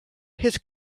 his